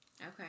Okay